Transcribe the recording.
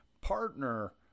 partner